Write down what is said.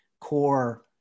core